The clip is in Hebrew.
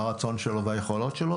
והרצון שלו והיכולות שלו,